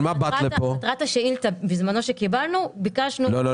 מטרת השאילתה שקיבלנו בזמנו -- לא,